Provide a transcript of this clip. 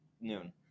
noon